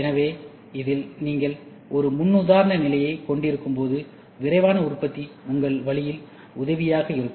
எனவே இதில் நீங்கள் ஒரு முன்னுதாரண நிலையை கொண்டிருக்கும்போது விரைவான உற்பத்தி உங்கள் வழியில் உதவியாக இருக்கும்